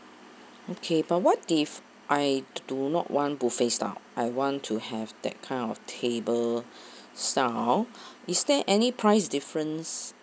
okay but what if I do not want buffet style I want to have that kind of table style is there any price difference